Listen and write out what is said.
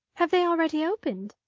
have they already opened?